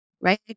right